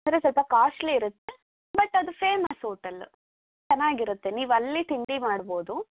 ಆದರೆ ಸ್ವಲ್ಪ ಕಾಸ್ಟ್ಲಿ ಇರುತ್ತೆ ಬಟ್ ಅದು ಫೇಮಸ್ ಓಟಲ್ ಚೆನ್ನಾಗಿರುತ್ತೆ ನೀವು ಅಲ್ಲಿ ತಿಂಡಿ ಮಾಡ್ಬೋದು